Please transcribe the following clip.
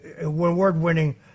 award-winning